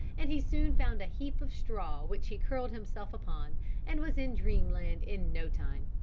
and he soon found a heap of straw which he curled himself upon and was in dreamland in no time.